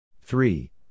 three